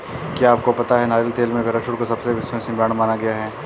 क्या आपको पता है नारियल तेल में पैराशूट को सबसे विश्वसनीय ब्रांड माना गया है?